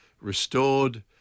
restored